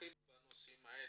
מומחית בנושאים האלה.